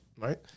Right